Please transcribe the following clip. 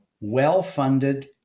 well-funded